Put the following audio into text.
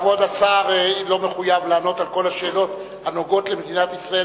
כבוד סגן השר לא מחויב לענות על כל השאלות הנוגעות למדינת ישראל,